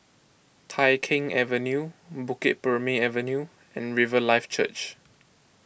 Tai Keng Avenue Bukit Purmei Avenue and Riverlife Church